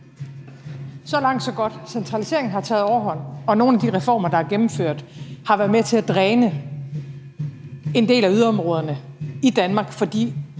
Så langt, så godt. Centraliseringen har taget overhånd, og nogle af de reformer, der er gennemført, har været med til at dræne en del af yderområderne i Danmark for